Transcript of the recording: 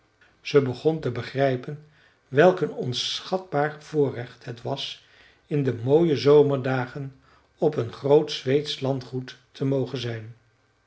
zij begon te begrijpen welk een onschatbaar voorrecht het was in de mooie zomerdagen op een groot zweedsch landgoed te mogen zijn